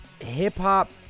hip-hop